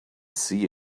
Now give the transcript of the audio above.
see